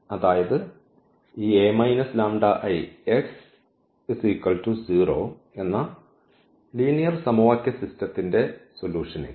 അതായത് ഈ എന്ന ലീനിയർ സമവാക്യ സിസ്റ്റത്തിന്റെ ഈ സൊലൂഷൻ x